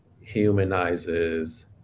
humanizes